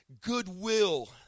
goodwill